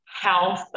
health